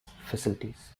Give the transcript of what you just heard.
facilities